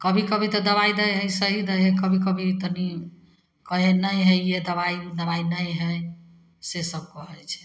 कभी कभी तऽ दवाइ दै हइ सही दै हइ कभी कभी तनि कहै हइ नही है ये दवाइ दवाइ नही है से सब कहै छै